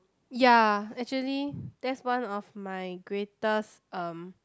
ya actually that's one of my greatest um